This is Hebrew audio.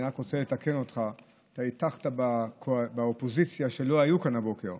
אני רק רוצה לתקן אותך: אתה הטחת בכוח באופוזיציה שלא היו כאן הבוקר.